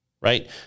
right